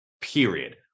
period